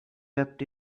wept